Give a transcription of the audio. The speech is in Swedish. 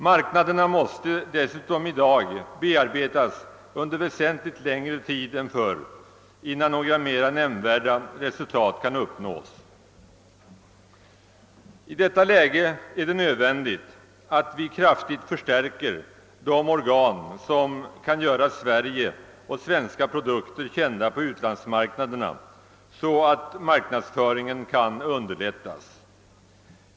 Marknaderna måste också bearbetas under väsentligt längre tid än förr innan några resultat kan uppnås. I detta läge är det nödvändigt att vi kraftigt förstärker de organ som kan göra Sverige och svenska produkter kända på utlandsmarknaderna så att marknadsföringen underlättas.